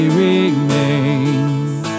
remains